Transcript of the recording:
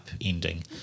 ending